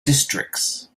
districts